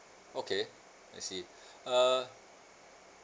okay I see err